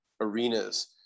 arenas